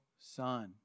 son